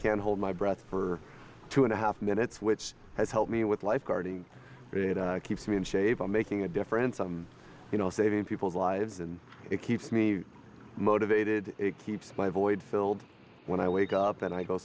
can hold my breath for two and a half minutes which has helped me with lifeguarding keeps me in shape or making a difference and you know saving people's lives and it keeps me motivated it keeps my void filled when i wake up and i go